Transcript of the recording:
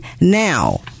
now